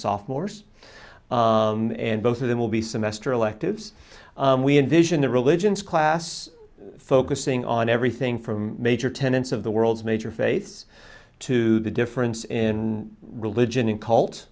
sophomores and both of them will be semester electives we envision the religions class focusing on everything from major tenants of the world's major faiths to the difference in religion in cult